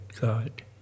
God